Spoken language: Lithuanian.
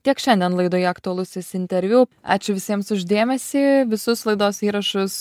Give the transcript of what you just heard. tiek šiandien laidoje aktualusis interviu ačiū visiems už dėmesį visus laidos įrašus